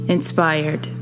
Inspired